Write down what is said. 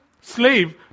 slave